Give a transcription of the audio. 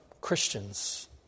Christians